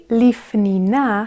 lifnina